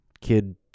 kid